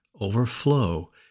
overflow